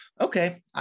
okay